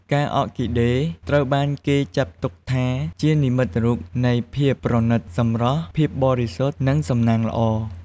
ផ្កាអ័រគីដេត្រូវបានគេចាត់ទុកថាជានិមិត្តរូបនៃ ភាពប្រណីត សម្រស់ ភាពបរិសុទ្ធ និង សំណាងល្អ។